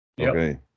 Okay